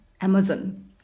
Amazon